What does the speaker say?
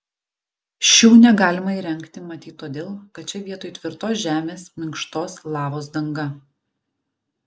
šių negalima įrengti matyt todėl kad čia vietoj tvirtos žemės minkštos lavos danga